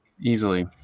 Easily